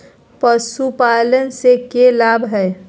पशुपालन से के लाभ हय?